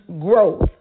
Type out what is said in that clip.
growth